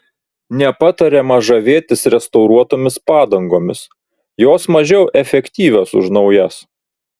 nepatariama žavėtis restauruotomis padangomis jos mažiau efektyvios už naujas